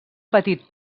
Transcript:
petit